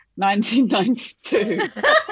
1992